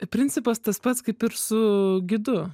principas tas pats kaip ir su gidu